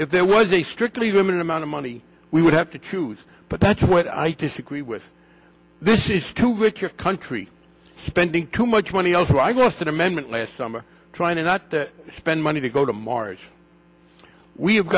if there was a strictly limited amount of money we would have to choose but that's what i disagree with this is to which your country spending too much money also i've lost an amendment last summer trying to not spend money to go to march we